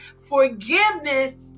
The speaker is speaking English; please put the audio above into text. forgiveness